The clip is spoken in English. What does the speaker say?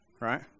Right